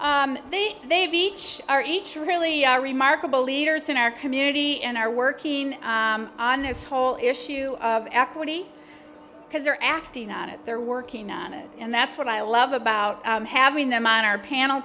the they've each are each really remarkable leaders in our community and are working on this whole issue of equity because they're acting on it they're working on it and that's what i love about having them on our panel